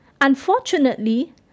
Unfortunately